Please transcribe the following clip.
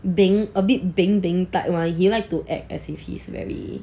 beng a bit beng beng type [one] he like to act as if he's very